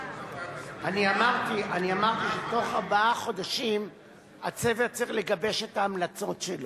אני אמרתי שבתוך ארבעה חודשים הצוות צריך לגבש את ההמלצות שלו.